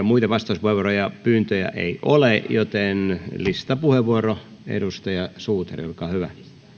muiden vastauspuheenvuoropyyntöjä ei ole joten listapuheenvuoro edustaja suutari olkaa hyvä